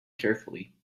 carefully